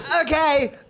okay